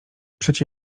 przecie